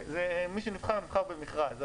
מי שנבחר, נבחר במכרז.